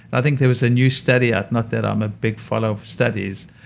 i think there was a new study out not that i'm a big follower of studies,